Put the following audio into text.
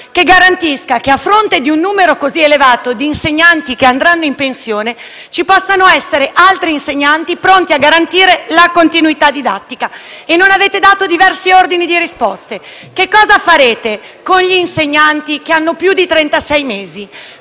che garantisca che, a fronte di un numero tanto elevato di insegnanti che andranno in pensione, ce ne siano altri pronti a garantire la continuità didattica e non avete dato diversi ordini di risposte. Che cosa farete con gli insegnanti che hanno più di trentasei